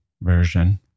version